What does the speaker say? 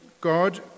God